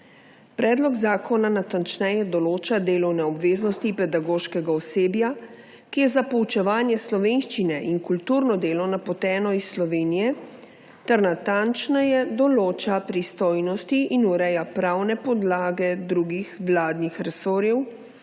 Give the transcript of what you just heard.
Predlog zakona natančneje določa delovne obveznosti pedagoškega osebja, ki je za poučevanje slovenščine in kulturno delo napoteno iz Slovenije, ter natančneje določa pristojnosti in ureja pravne podlage drugih vladnih resorjev